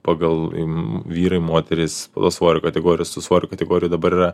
pagal vyrai moterys svorio kategorijos tų svorio kategorijų dabar yra